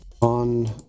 on